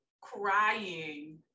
crying